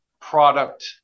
product